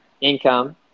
income